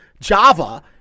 java